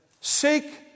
Seek